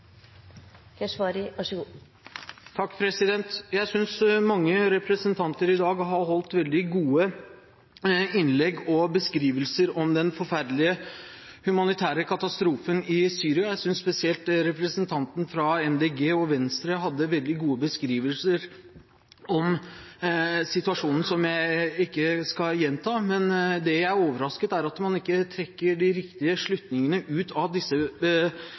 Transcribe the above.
Jeg synes mange representanter i dag har holdt veldig gode innlegg og hatt beskrivelser av den forferdelige humanitære katastrofen i Syria. Jeg synes spesielt representanten fra Miljøpartiet De Grønne og Venstre hadde veldig gode beskrivelser av situasjonen, som jeg ikke skal gjenta. Men det jeg er overrasket over, er at man ikke trekker de riktige slutningene etter disse